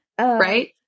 Right